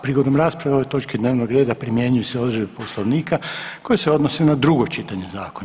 Prigodom rasprave o ovoj točki dnevnog reda primjenjuju se odredbe Poslovnika koje se odnose na drugo čitanje zakona.